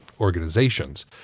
organizations